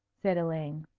said elaine.